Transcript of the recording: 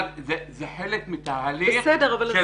אבל זה חלק מתהליך --- בסדר,